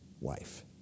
wife